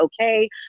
okay